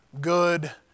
good